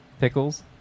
pickles